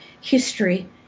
history